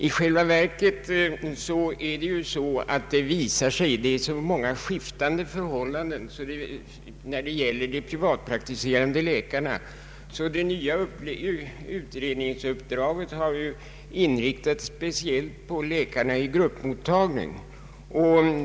I själva verket råder ju mycket skiftande förhållanden när det gäller de privatpraktiserande läkarna, och det nya utredningsuppdraget har inriktats speciellt på läkare i gruppmottagning.